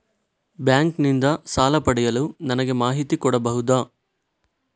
Bank ನಿಂದ ಸಾಲ ಪಡೆಯಲು ನನಗೆ ಮಾಹಿತಿ ಕೊಡಬಹುದ?